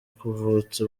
kuvutsa